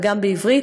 וגם בעברית.